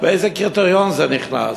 באיזה קריטריון זה נכנס?